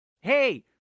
hey